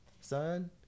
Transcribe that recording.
son